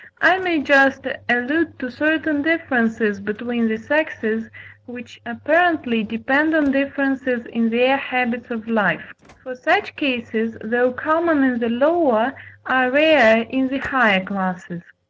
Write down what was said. i may just allude to certain differences between the sexes which apparently depend on differences in their habits of life for such cases, though common in the lower, are rare in the higher classes.